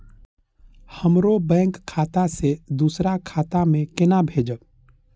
हमरो बैंक खाता से दुसरा खाता में केना भेजम?